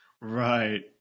right